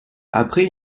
après